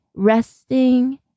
resting